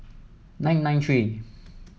nine nine three